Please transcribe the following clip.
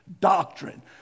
doctrine